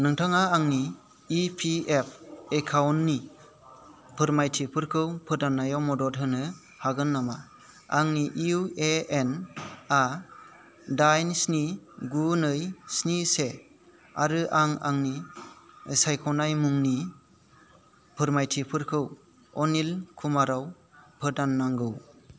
नोंथाङा आंनि E P F एकाउन्टनि फोरमायथिफोरखौ फोदाननायाव मदद होनो हागोन नामा आंनि इउ ए एन आ दाइन स्नि गु नै स्नि से आरो आं आंनि सायख'नाय मुंनि फोरमायथिफोरखौ अनिल कुमाराव फोदाननांगौ